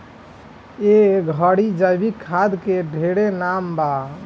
ए घड़ी जैविक खाद के ढेरे नाम बा